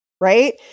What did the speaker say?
right